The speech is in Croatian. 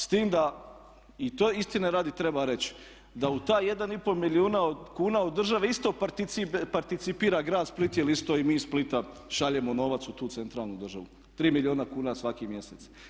S time da, i to istine radi treba reći, da u tih 1,5 milijuna kuna od države isto participira grad Split jer isto i mi iz Splita šaljemo novac u tu centralnu državu, 3 milijuna kuna svaki mjesec.